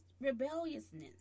rebelliousness